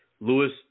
Lewis